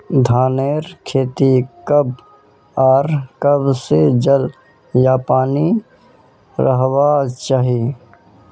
धानेर खेतीत कब आर कब से जल या पानी रहबा चही?